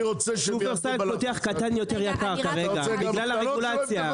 אני רוצה שהם --- שופרסל פותח יקר יותר כרגע בגלל הרגולציה.